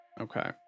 Okay